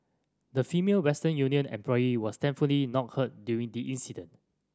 the Female Western Union employee was thankfully not hurt during the incident